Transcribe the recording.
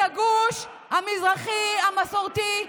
את הגוש המזרחי המסורתי,